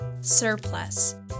surplus